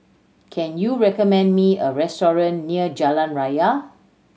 can you recommend me a restaurant near Jalan Raya